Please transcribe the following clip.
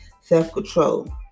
self-control